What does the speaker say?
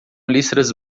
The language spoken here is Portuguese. listras